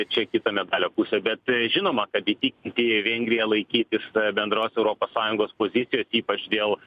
čia kita medalio pusė bet žinoma kad įtikinti vengriją laikytis bendros europos sąjungos pozicijos ypač dėl